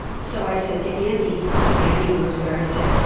so i said to andy andy rosen. i said.